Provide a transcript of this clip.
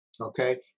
Okay